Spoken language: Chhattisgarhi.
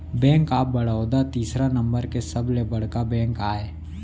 बेंक ऑफ बड़ौदा तीसरा नंबर के सबले बड़का बेंक आय